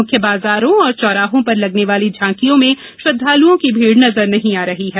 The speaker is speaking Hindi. मुख्य बाजारों और चौराहों पर लगने वाली झांकियों में श्रद्धालुओं की भीड़ नजर नहीं आ रही है